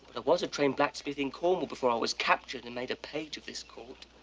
was a trained blacksmith in cornwall before i was captured and made a page of this court.